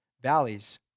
valleys